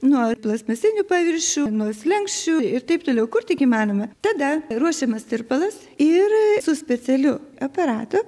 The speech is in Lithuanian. nuo plastmasinių paviršių nuo slenksčių ir taip toliau kur tik įmanoma tada ruošiamas tirpalas ir su specialiu aparatu